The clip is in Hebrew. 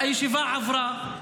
הישיבה עברה,